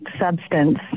substance